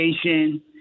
education